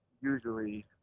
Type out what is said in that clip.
usually